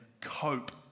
cope